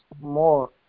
more